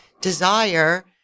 desire